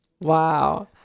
Wow